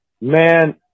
Man